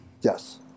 Yes